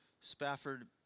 Spafford